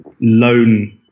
loan